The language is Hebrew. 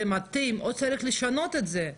זה מתאים או שצריך לשנות את זה?